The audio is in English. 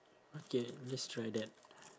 okay let's try that